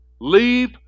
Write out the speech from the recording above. Leave